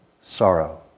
Sorrow